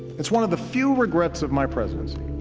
it's one of the few regrets of my presidency